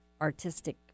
artistic